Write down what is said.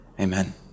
Amen